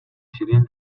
ширээн